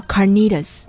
Carnitas